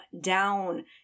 down